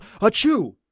Achoo